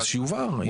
אז שיובהר.